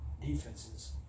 defenses